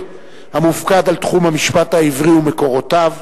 המופקד על תחום המשפט העברי ומקורותיו,